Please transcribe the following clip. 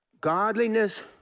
Godliness